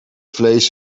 vlees